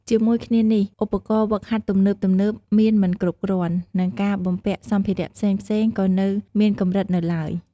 ជាមួយគ្នានេះ ឧបករណ៍ហ្វឹកហាត់ទំនើបៗមានមិនគ្រប់គ្រាន់ និងការបំពាក់សម្ភារៈផ្សេងៗក៏នៅមានកម្រិតនៅឡើយ។